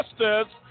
justice